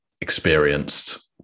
experienced